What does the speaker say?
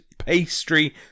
Pastry